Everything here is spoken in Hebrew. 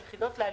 ליחידות לאלימות,